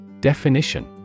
Definition